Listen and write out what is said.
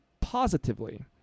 positively